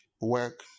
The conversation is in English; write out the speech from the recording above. work